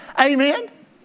amen